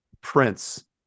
Prince